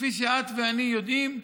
וכפי שאת ואני יודעים,